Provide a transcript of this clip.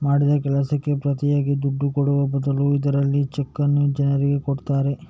ಮಾಡಿದ ಕೆಲಸಕ್ಕೆ ಪ್ರತಿಯಾಗಿ ದುಡ್ಡು ಕೊಡುವ ಬದಲು ಇದ್ರಲ್ಲಿ ಚೆಕ್ಕನ್ನ ಜನ್ರಿಗೆ ಕೊಡ್ತಾರೆ